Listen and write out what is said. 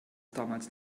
damals